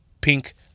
pink